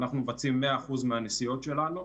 אנחנו מבצעים 100% מהנסיעות שלנו,